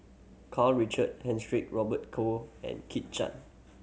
Karl Richard Hanitsch Robert Call and Kit Chan